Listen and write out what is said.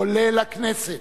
כולל הכנסת,